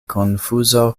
konfuzo